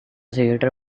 theater